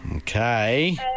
Okay